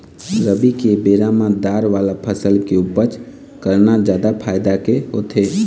रबी के बेरा म दार वाला फसल के उपज करना जादा फायदा के होथे